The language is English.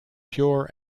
pure